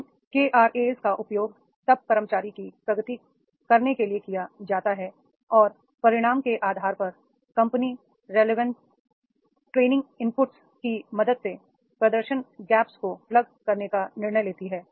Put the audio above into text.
इन KRA का उपयोग तब कर्मचारी की प्रगति करने के लिए किया जाता है और परिणाम के आधार पर company relevant training input की मदद से प्रदर्शन गैप्स को प्लग करने का निर्णय लेती है